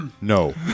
No